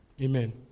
Amen